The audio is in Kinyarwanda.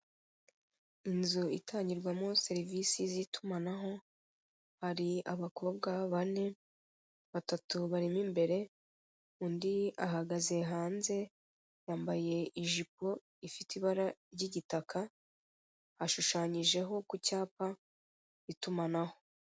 Inzu itangirwamo serivisi z'itumanaho hari abakobwa bane, batatu barimo imbere undi ahagaze hanze yambaye ijipo ifite ibara ry'igitaka ashushanyijeho ku cyapa itumanaho.